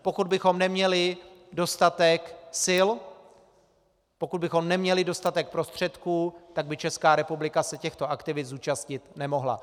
Pokud bychom neměli dostatek sil, pokud bychom neměli dostatek prostředků, tak by se Česká republika těchto aktivit zúčastnit nemohla.